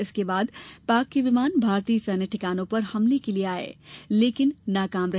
इसके बाद पाक के विमान भारतीय सैन्य ठिकानों पर हमले के लिए आए लेकिन नाकाम रहे